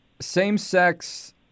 same-sex